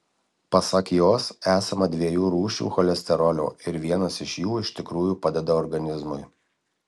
pasak jos esama dviejų rūšių cholesterolio ir vienas iš jų iš tikrųjų padeda organizmui